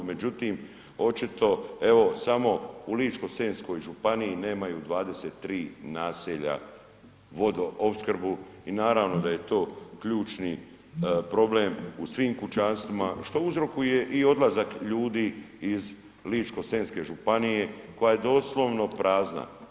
Međutim, očito evo samo u Ličko-senjskoj županiji nemaju 23 naselja vodoopskrbu i naravno da je to ključni problem u svim kućanstvima što uzrokuje i odlazak ljudi iz Ličko-senjske županije koja je doslovno prazna.